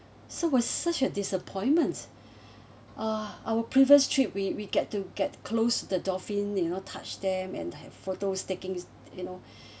so was such a disappointment ah our previous trip we we get to get close the dolphin you know touch them and have photos taking you know